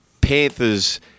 Panthers